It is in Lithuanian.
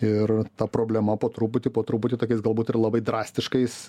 ir ta problema po truputį po truputį tokiais galbūt ir labai drastiškais